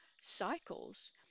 cycles